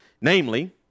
Namely